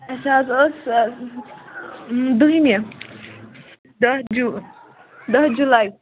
اَسہِ حظ ٲسۍ دٔہِمہِ دَہ جوٗ دَہ جُلَے